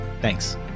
Thanks